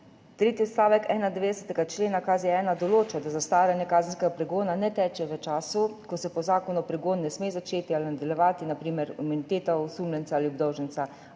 tretji odstavek 91. člena KZ-1 določa, da zastaranje kazenskega pregona ne teče v času, ko se po zakonu pregon ne sme začeti ali nadaljevati, na primer imuniteta osumljenca ali obdolženca